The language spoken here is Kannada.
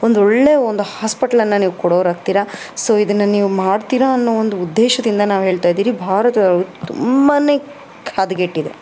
ಒಂದು ಒಳ್ಳೇ ಒಂದು ಹಾಸ್ಪಿಟ್ಲನ್ನು ನೀವು ಕೊಡೋರಾಗ್ತೀರ ಸೊ ಇದನ್ನು ನೀವು ಮಾಡ್ತೀರಾ ಅನ್ನೊ ಒಂದು ಉದ್ದೇಶದಿಂದ ನಾವು ಹೇಳ್ತಾ ಇದೀರಿ ಭಾರತವು ತುಂಬ ಖ ಹದ್ಗೆಟ್ಟಿದೆ